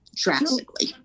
Drastically